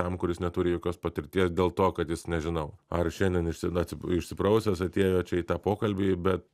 tam kuris neturi jokios patirties dėl to kad jis nežinau ar šiandien išsi na c išsiprausęs atėjo čia į tą pokalbį be